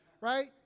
right